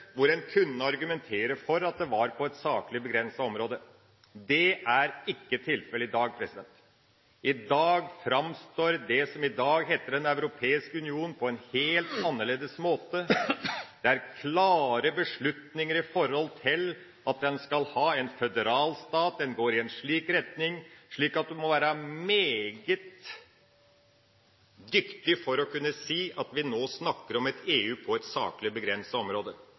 en kunne argumentere for at det var på et saklig begrenset område. Det er ikke tilfellet i dag. I dag framstår det som i dag heter Den europeiske union, på en helt annerledes måte. Det er klare beslutninger med tanke på at en skal ha en føderal stat. En går i en slik retning, slik at en må være meget dyktig for å kunne si at vi nå snakker om EU på et saklig, begrenset område.